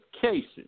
cases